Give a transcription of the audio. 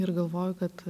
ir galvoju kad